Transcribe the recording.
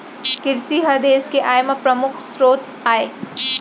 किरसी ह देस के आय म परमुख सरोत आय